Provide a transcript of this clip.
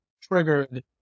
triggered